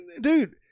dude